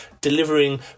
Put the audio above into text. delivering